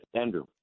Andrew